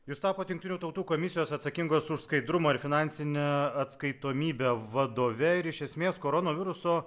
jūs tapot jungtinių tautų komisijos atsakingos už skaidrumą ir finansinę atskaitomybę vadove ir iš esmės koronaviruso